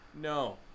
no